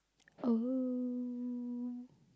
oh